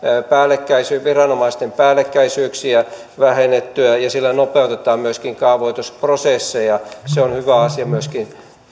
viranomaisten päällekkäisyyksiä vähennettyä ja sillä nopeutetaan myöskin kaavoitusprosesseja se on hyvä asia myöskin